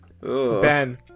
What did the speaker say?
Ben